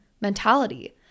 mentality